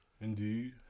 Indeed